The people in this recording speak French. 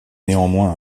néanmoins